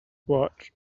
what